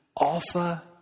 Alpha